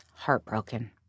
heartbroken